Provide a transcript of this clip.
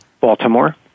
Baltimore